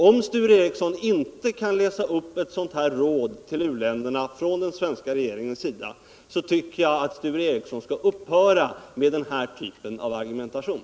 Om Sture Ericson inte kan läsa upp ett sådant råd till i-länderna från den svenska regeringen tycker jag att han skall upphöra med den typen av argumentation.